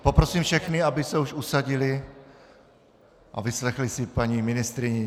Poprosím všechny, aby se už usadili a vyslechli si paní ministryni.